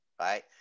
right